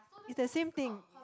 it's the same thing